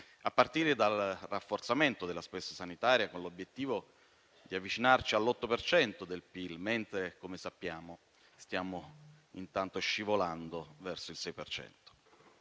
a partire dal rafforzamento della spesa sanitaria, con l'obiettivo di avvicinarci all'8 per cento del PIL, mentre, come sappiamo, stiamo scivolando verso il 6